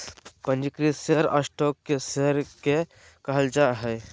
पंजीकृत share stock के share के कहल जा हइ